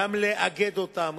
גם לאגד אותם,